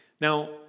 Now